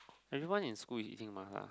everyone in school is eating Mala